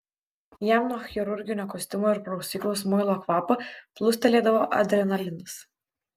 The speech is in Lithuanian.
jam nuo chirurginio kostiumo ir prausyklos muilo kvapo plūstelėdavo adrenalinas